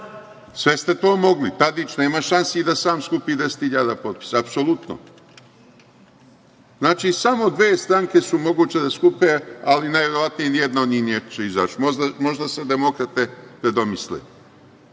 Sve ste to mogli. Tadić nema šansi da sam skupi 10 hiljada potpisa, apsolutno. Znači, samo dve stranke su moguće da skupe, ali najverovatnije ni jedna od njih neće izaći. Možda se demokrate predomisle.